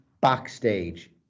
backstage